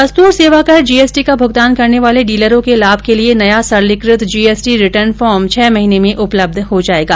वस्तु और सेवा कर जी एस टी का भुगतान करने वाले डीलरों के लाभ के लिए नया सरलीकृत G S T return form छह महीने में उपलब्ध हो जाएगा